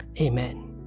Amen